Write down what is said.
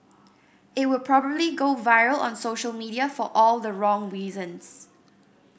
it would probably go viral on social media for all the wrong reasons